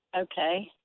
Okay